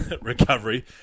recovery